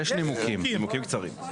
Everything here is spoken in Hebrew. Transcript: נימוקים קצרים.